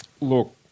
look